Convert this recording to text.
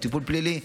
טיפול פלילי.